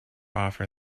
offer